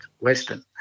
Western